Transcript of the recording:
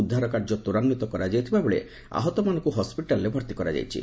ଉଦ୍ଧାର କାର୍ଯ୍ୟ ତ୍ୱରାନ୍ୱିତ କରାଯାଇଥିବାବେଳେ ଆହତମାନଙ୍କୁ ହସ୍କିଟାଲ୍ରେ ଭର୍ତ୍ତି କରାଯାଇଛି